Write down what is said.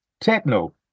techno